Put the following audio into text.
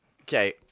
Okay